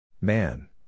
Man